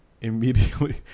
immediately